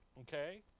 Okay